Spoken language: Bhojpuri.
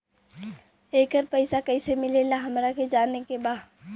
येकर पैसा कैसे मिलेला हमरा के जाने के बा?